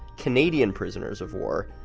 canadian prisoners of war,